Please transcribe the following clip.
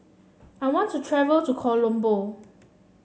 I want to travel to Colombo